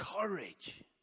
courage